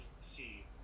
see